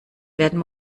werden